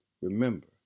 remember